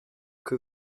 que